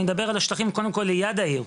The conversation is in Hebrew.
אני מדבר על השטחים קודם כל ליד העיר,